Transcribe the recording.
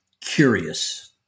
curious